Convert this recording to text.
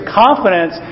confidence